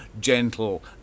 gentle